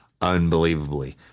unbelievably